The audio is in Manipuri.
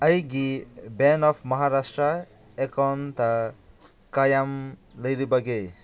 ꯑꯩꯒꯤ ꯕꯦꯡ ꯑꯣꯐ ꯃꯍꯥꯔꯥꯁꯇ꯭ꯔꯥ ꯑꯦꯛꯀꯥꯎꯟꯇ ꯀꯌꯥꯝ ꯂꯩꯔꯤꯕꯒꯦ